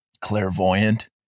clairvoyant